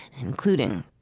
including